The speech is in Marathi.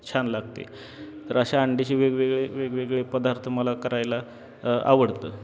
छान लागते तर अशा अंड्याचे वेगवेगळे वेगवेगळे पदार्थ मला करायला आवडतं